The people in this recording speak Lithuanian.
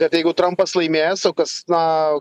kad jeigu trampas laimės o kas na